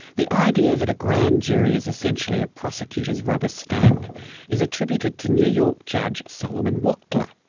the idea that a grand jury is essentially a prosecutor's rubber stamp is attributed to new york judge solomon wachtler.